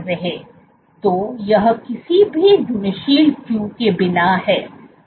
तो यह किसी भी घुलनशील क्यू के बिना है